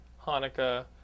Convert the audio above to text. Hanukkah